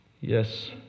Yes